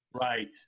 Right